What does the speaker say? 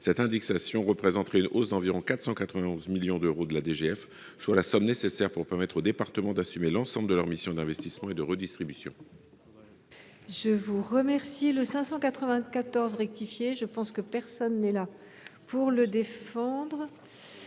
Cette indexation ferait progresser la dotation d’environ 491 millions d’euros, soit la somme nécessaire pour permettre aux départements d’assumer l’ensemble de leurs missions d’investissement et de redistribution.